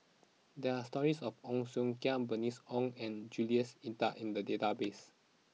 there are stories about Ong Siong Kai Bernice Ong and Jules Itier in the database